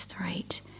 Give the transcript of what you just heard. right